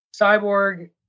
cyborg